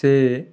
ସେ